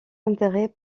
intérêt